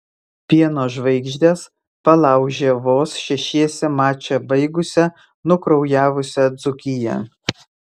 pieno žvaigždės palaužė vos šešiese mačą baigusią nukraujavusią dzūkiją